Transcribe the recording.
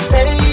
Hey